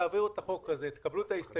תעבירו את החוק הזה, תקבלו את ההסתייגות.